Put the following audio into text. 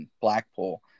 Blackpool